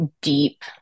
deep